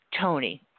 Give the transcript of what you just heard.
Tony